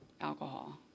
alcohol